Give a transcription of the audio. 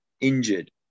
Injured